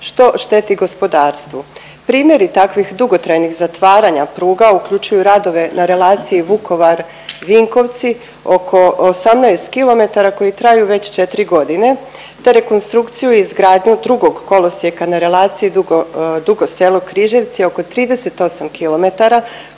što šteti gospodarstvu. Primjeri takvih dugotrajnih zatvaranja pruga uključuju radove na relaciji Vukovar-Vinkovci, oko 18 km koji traju već 4.g., te rekonstrukciju i izgradnju drugog kolosijeka na relaciji Dugo, Dugo Selo – Križevci, oko 38 km koja je započeta